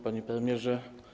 Panie Premierze!